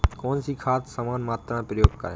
कौन सी खाद समान मात्रा में प्रयोग करें?